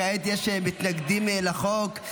כעת יש מתנגדים לחוק.